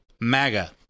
MAGA